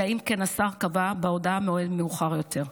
אלא אם כן השר קבע בהודעה מועד מאוחר יותר.